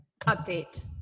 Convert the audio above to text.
update